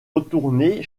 retourner